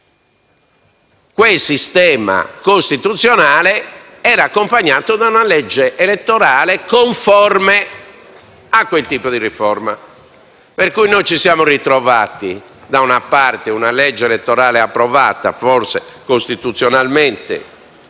dello Stato nazionale, era accompagnato da una legge elettorale conforme a quel tipo di riforma. Per cui ci siamo ritrovati una legge elettorale approvata, forse costituzionalmente